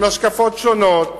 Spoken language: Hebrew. עם השקפות שונות,